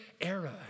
era